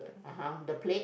(uh huh) the plate